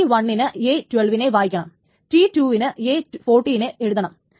T1 ന് a12 നെ വായിക്കണം T2 വിന് a14 നെ എഴുതണം